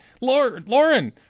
Lauren